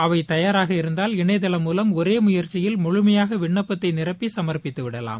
அவை தயாராக இருந்தால் இணையதளம் மூலம் ஒரே முயற்சியில் முழுமையாக விண்ணப்பத்தை நிரப்பி சமர்பித்து விடலாம்